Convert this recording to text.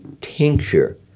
tincture